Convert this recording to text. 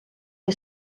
que